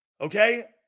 Okay